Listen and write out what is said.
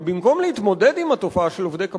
אבל במקום להתמודד עם התופעה של עובדי קבלן,